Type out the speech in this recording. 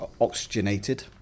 oxygenated